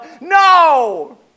No